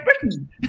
Britain